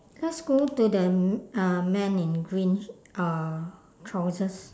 let's go to the m~ uh man in green uh trousers